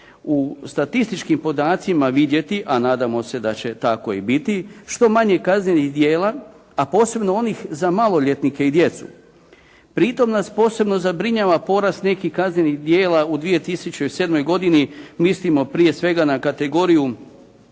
u statističkim podacima vidjeti a nadamo se da će tako i biti što manje kaznenih djela a posebno onih za maloljetnike i djecu. Pri tom nas posebno zabrinjava porast nekih kaznenih djela u 2007. godini. Mislimo prije svega na kategoriju